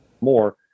more